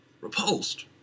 Repulsed